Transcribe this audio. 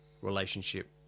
relationship